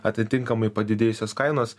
atitinkamai padidėjusios kainos